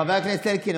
חבר הכנסת אלקין,